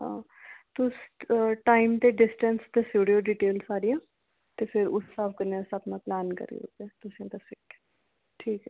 हां तुस टाइम ते डिस्टेंस दस्सी उड़ेओ डिटेल सरियां ते फिर उस स्हाब कन्नै अस अपना प्लैन करी लैगे तुसेंगी दस्सी ओड़गे ठीक ऐ जी